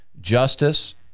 justice